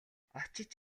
очиж